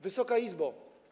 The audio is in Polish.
Wysoka Izbo!